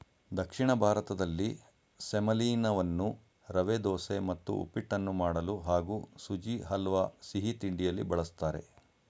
ದಕ್ಷಿಣ ಭಾರತದಲ್ಲಿ ಸೆಮಲೀನವನ್ನು ರವೆದೋಸೆ ಮತ್ತು ಉಪ್ಪಿಟ್ಟನ್ನು ಮಾಡಲು ಹಾಗೂ ಸುಜಿ ಹಲ್ವಾ ಸಿಹಿತಿಂಡಿಯಲ್ಲಿ ಬಳಸ್ತಾರೆ